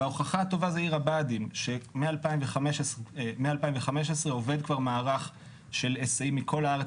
ההוכחה הטובה היא עיר הבה"דים שמ-2015 עובד מערך של היסעים מכל הארץ